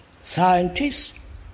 Scientists